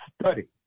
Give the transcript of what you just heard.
study